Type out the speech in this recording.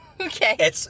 Okay